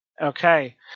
Okay